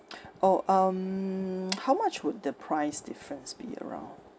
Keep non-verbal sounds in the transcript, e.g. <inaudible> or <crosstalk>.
<noise> orh um <noise> how much would the price difference be around